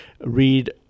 read